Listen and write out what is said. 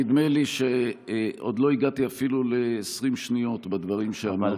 נדמה לי שעוד לא הגעתי אפילו ל-20 שניות בדברים שאמרתי.